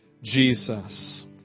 Jesus